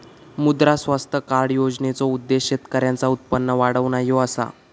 मुद्रा स्वास्थ्य कार्ड योजनेचो उद्देश्य शेतकऱ्यांचा उत्पन्न वाढवणा ह्यो असा